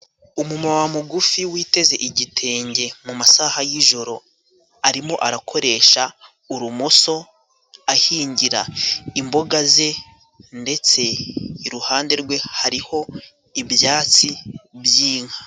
Umumama mugufi ,witeze igitenge mu masaha y'ijoro ,arimo arakoresha urumoso ahingira imboga ze ,ndetse iruhande rwe hariho ibyatsi by'inka.